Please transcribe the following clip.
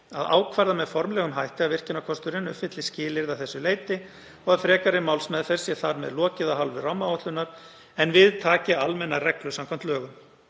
að ákvarða með formlegum hætti að virkjunarkosturinn uppfylli skilyrði að þessu leyti og að frekari málsmeðferð sé þar með lokið af hálfu rammaáætlunar en við taki almennar reglur samkvæmt lögum.